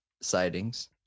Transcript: sightings